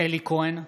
אלי כהן .